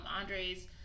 Andre's